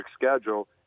schedule